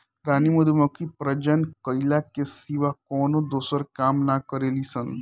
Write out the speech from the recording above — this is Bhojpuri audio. रानी मधुमक्खी प्रजनन कईला के सिवा कवनो दूसर काम ना करेली सन